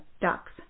duck's